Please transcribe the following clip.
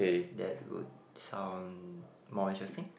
that would sound more interesting